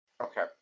Okay